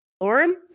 Lauren